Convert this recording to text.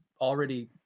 already